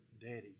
Daddy